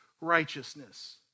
righteousness